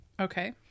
Okay